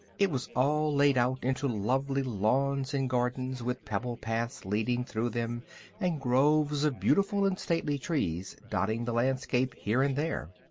it was all laid out into lovely lawns and gardens, with pebble paths leading through them and groves of beautiful and stately trees dotting the landscape here and there.